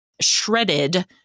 shredded